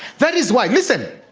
that is one reason